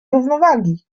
równowagi